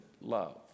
love